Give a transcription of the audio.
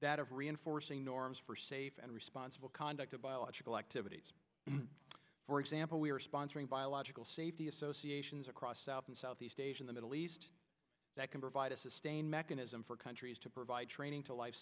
of reinforcing norms for safe and responsible conduct of biological activities for example we are sponsoring biological safety associations across south and southeast asia in the middle east that can provide a sustained mechanism for countries to provide training to life